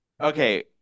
okay